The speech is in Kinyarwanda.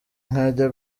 nkajya